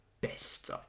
best